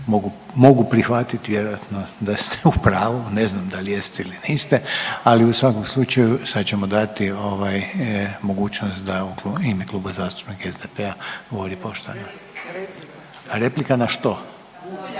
mogu prihvatiti vjerojatno da ste u pravu. Ne znam dal' jeste ili niste, ali u svakom slučaju sad ćemo dati mogućnost da u ime Kluba zastupnika SDP-a govori poštovana. …/Upadica sa strane,